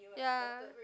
ya